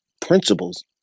principles